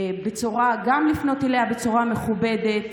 וגם לפנות אליה בצורה מכובדת.